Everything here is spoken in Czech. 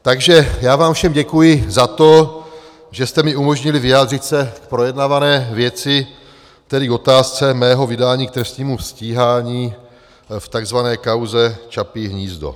Takže já vám všem děkuji za to, že jste mi umožnili se vyjádřit v projednávané věci, tedy otázce mého vydání k trestnímu stíhání v tzv. kauze Čapí hnízdo.